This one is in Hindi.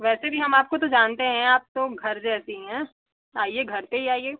वैसे भी हम आपको तो जानते हैं आप तो घर जैसी हैं आइए घर पर ही आइए